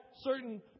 certain